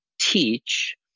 teach